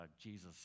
Jesus